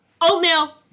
Oatmeal